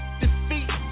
defeat